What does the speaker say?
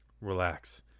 Relax